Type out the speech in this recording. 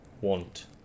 want